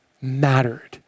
mattered